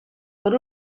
per